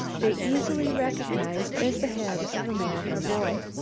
they easily recognized as the head of a man or boy.